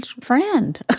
friend